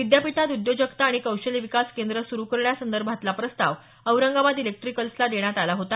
विद्यापीठात उद्योजकता आणि कौशल्य विकास केंद्र सुरु करण्यासंदर्भातला प्रस्ताव औरंगाबाद इलेक्ट्रीकल्सला देण्यात आला होता